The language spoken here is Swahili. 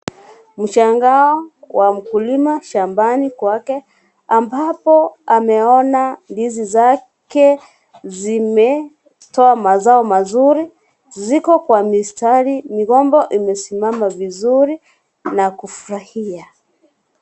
Mshangaa wa mkulima shamabni kwake ambapo ameona ndizi zake zimetoa mazao mazuri, ziko kwa mistari, migomba imesimama vizuri na kufurahia.